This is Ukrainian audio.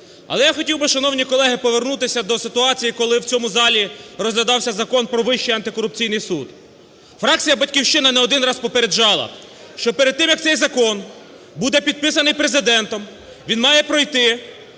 Але я хотів би, шановні колеги, повернутися до ситуації, коли в цьому залі розглядався Закон "Про вищий антикорупційний суд". Фракція "Батьківщина" не один раз попереджала, що перед тим, як цей закон буде підписаний Президентом, він має пройти,